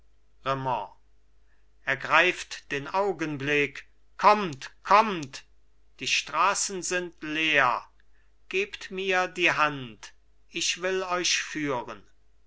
ergreift den augenblick kommt kommt die straßen sind leer gebt mir die hand ich will euch führen